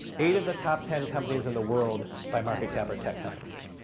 eight of the top ten companies in the world by market cap are tech companies.